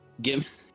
Give